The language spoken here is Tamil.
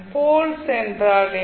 போல்ஸ் என்றால் என்ன